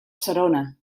serona